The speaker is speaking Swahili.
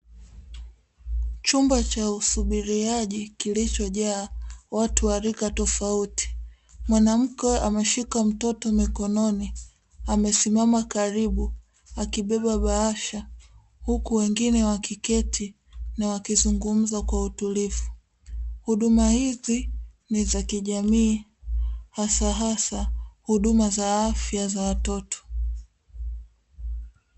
Chumba cha usubiriaji kilichojaa watu wa rika tofauti, mwanamke ameshika mtoto mikononi, amesimama karibu akibeba bahasha huku wengine wakiketi na wakizungumza kwa utulivu. Huduma hizi ni za kijamii hasahasa huduma za afya za watoto.